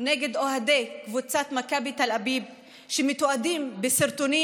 נגד אוהדי קבוצת מכבי תל אביב שמתועדים בסרטונים.